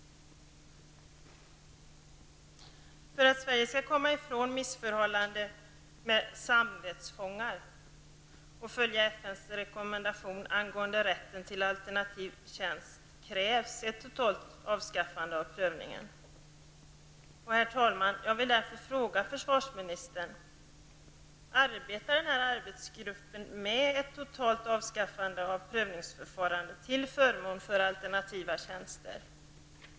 För att Sverige skall komma ifrån missförhållandet med samvetsfångar och i stället följa FNs rekommendation angående rätten till alternativ tjänst krävs ett totalt avskaffande av prövningen. Herr talman! Jag vill därför fråga försvarsministern: Arbetar arbetsgruppen med ett totalt avskaffande av prövningsförfarandet till förmån för alternativa tjänster?